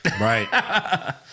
Right